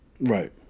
Right